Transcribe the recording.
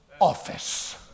office